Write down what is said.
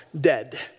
dead